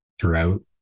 throughout